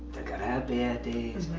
gonna have bad days,